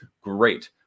Great